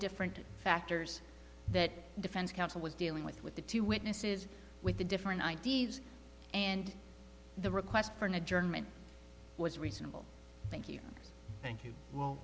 different factors that the defense counsel was dealing with with the two witnesses with the different i d s and the request for an adjournment was reasonable thank you thank you will